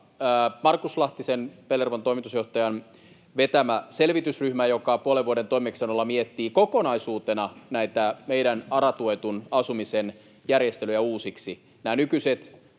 Markus Lahtisen, Pellervon toimitusjohtajan, vetämä selvitysryhmä, joka puolen vuoden toimeksiannolla miettii kokonaisuutena meidän ARA-tuetun asumisen järjestelyjä uusiksi. Nämä nykyiset